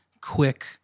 quick